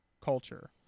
culture